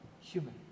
human